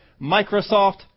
Microsoft